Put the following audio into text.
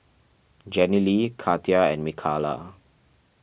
Jenilee Katia and Mikalah